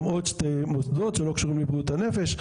עוד שתי מוסדות שלא קשורים לבריאות הנפש,